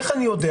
איך אני יודע?